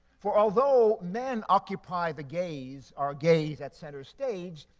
for although men occupy the gaze, or gaze at center stage,